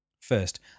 First